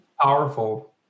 powerful